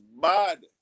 bad